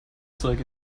zeug